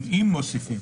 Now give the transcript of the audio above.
אם מוסיפים.